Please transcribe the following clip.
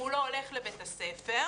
אם הוא לא הולך לבית הספר,